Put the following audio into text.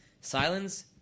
Silence